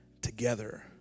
together